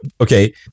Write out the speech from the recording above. okay